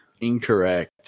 Incorrect